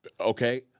Okay